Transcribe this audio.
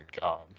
God